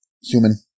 human